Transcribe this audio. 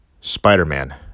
Spider-Man